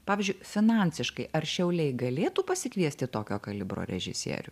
pavyzdžiui finansiškai ar šiauliai galėtų pasikviesti tokio kalibro režisierių